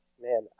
man